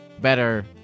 better